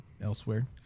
elsewhere